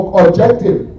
objective